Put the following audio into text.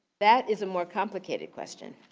that is a more complicated question.